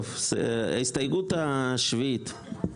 טוב, הסתייגות השביעית.